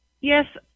Yes